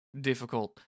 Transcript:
difficult